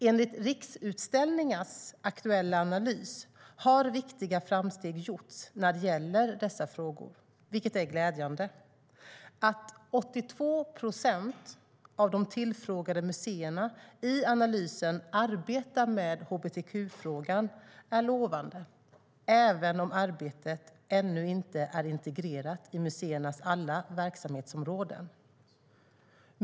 Enligt Riksutställningars aktuella analys har viktiga framsteg gjorts när det gäller dessa frågor, vilket är glädjande. Att 82 procent av de tillfrågade museerna i analysen arbetar med hbtq-frågan är lovande även om arbetet ännu inte är integrerat i museernas alla verksamhetsområden.